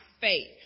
faith